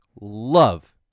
Love